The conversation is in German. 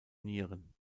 nieren